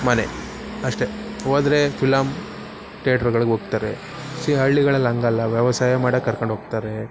ಮನೆ ಅಷ್ಟೇ ಹೋದ್ರೆ ಫಿಲಮ್ ಥಿಯೆಟ್ರ್ಗಳ್ಗೆ ಹೋಗ್ತಾರೆ ಈ ಹಳ್ಳಿಗಳಲ್ಲಿ ಹಂಗಲ್ಲ ವ್ಯವಸಾಯ ಮಾಡೋಕೆ ಕರ್ಕೊಂಡೋಗ್ತಾರೆ